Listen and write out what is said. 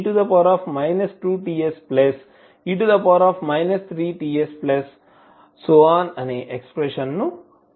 F11e Tse 2Tse 3Tsఅనే expression ను పొందుతారు